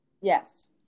Yes